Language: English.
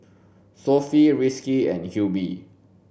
Sofea Rizqi and Hilmi